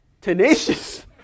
tenacious